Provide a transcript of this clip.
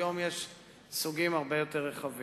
היום יש סוגים הרבה יותר רחבים.